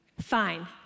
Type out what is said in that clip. fine